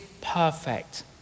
perfect